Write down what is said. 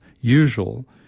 usual